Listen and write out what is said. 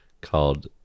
called